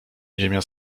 ziemia